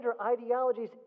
ideologies